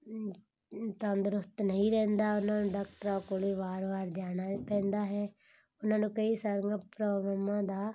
ਤੰਦਰੁਸਤ ਨਹੀਂ ਰਹਿੰਦਾ ਉਹਨਾਂ ਨੂੰ ਡਾਕਟਰਾਂ ਕੋਲ ਵਾਰ ਵਾਰ ਜਾਣਾ ਪੈਂਦਾ ਹੈ ਉਹਨਾਂ ਨੂੰ ਕਈ ਸਾਰੀਆਂ ਪ੍ਰੋਬਲਮਾਂ ਦਾ